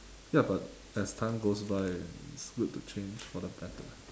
ya but as time goes by it's good to change for the better